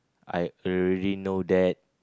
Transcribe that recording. I already know that